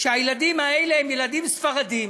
והילדים האלה הם ילדים ספרדים,